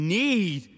need